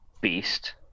beast